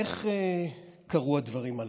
איך קרו הדברים הללו?